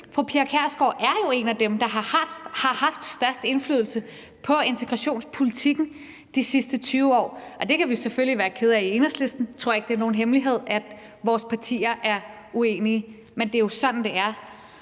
Fru Pia Kjærsgaard er jo en af dem, der har haft størst indflydelse på integrationspolitikken de sidste 20 år – det kan vi selvfølgelig være kede af i Enhedslisten; jeg tror ikke, det er nogen hemmelighed, at vores partier er uenige, men det er jo sådan, det er